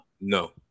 No